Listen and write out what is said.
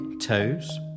toes